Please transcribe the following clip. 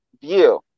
view